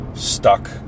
stuck